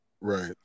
Right